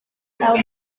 tahu